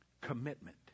commitment